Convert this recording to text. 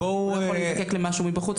הוא לא יכול להיזקק למשהו מבחוץ,